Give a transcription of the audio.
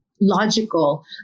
logical